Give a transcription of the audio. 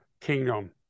kingdom